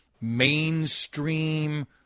mainstream